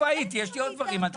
יש לי עוד דברים.